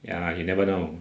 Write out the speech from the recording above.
ya you never know